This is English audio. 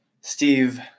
Steve